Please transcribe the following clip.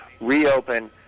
reopen